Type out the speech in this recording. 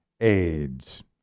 AIDS